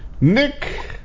Nick